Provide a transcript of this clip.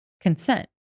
consent